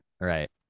Right